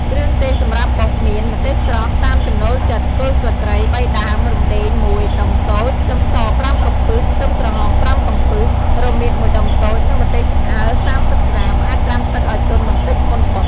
គ្រឿងទេសសម្រាប់បុកមាន ម្ទេសស្រស់ តាមចំណូលចិត្ត គល់ស្លឹកគ្រៃ ៣ ដើម រុំដេង ១ ដុំតូច ខ្ទឹមស ៥ កំពឹស ខ្ទឹមក្រហម ៥ កំពឹស រមៀត ១ ដុំតូច និង ម្ទេសឆ្អើរ ៣០ ក្រាម អាចត្រាំទឹកឱ្យទន់បន្តិចមុនបុក។